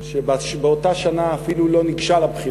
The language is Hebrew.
שבאותה שנה אפילו לא ניגשה לבחינות,